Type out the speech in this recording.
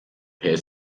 per